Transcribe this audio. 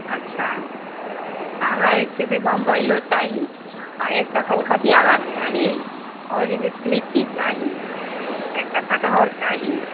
अच्छा हमरा जे छै से बम्बइओ चाही आ एकटा कलकतिया गाछ चाही आओर जे छै से लीची चाही आ एकटा कठहर चाही